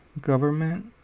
government